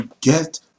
get